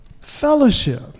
fellowship